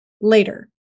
later